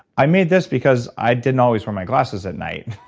i made this because i didn't always wear my glasses at night.